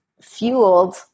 fueled